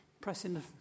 pressing